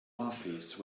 office